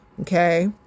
okay